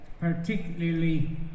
particularly